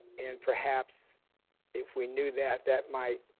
and perhaps if we knew that that might